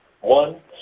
One